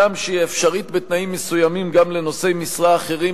הגם שהיא אפשרית בתנאים מסוימים גם לנושאי משרה אחרים,